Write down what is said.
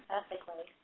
ethically.